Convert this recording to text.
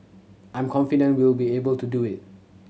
I'm confident we'll be able to do it